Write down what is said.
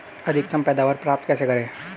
अधिकतम पैदावार प्राप्त कैसे करें?